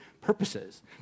purposes